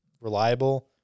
reliable